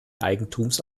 eigentums